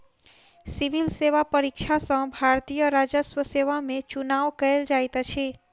civil सेवा परीक्षा सॅ भारतीय राजस्व सेवा में चुनाव कयल जाइत अछि